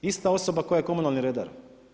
Ista osoba koja je komunalni redar.